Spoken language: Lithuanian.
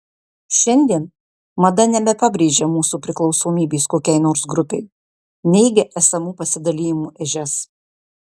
šiandien mada nebepabrėžia mūsų priklausomybės kokiai nors grupei neigia esamų pasidalijimų ežias